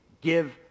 give